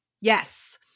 Yes